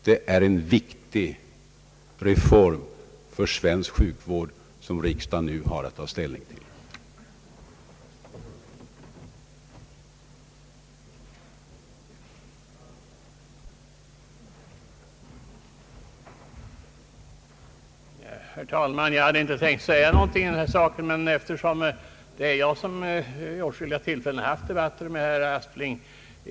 Det är en viktig reform för svensk sjukvård som riksdagen nu har att ta ställning till.